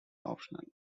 optional